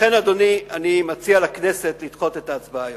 לכן, אדוני, אני מציע לכנסת לדחות את ההצבעה היום.